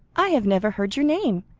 i have never heard your name,